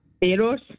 Eros